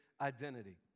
identity